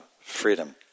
freedom